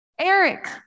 Eric